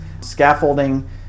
Scaffolding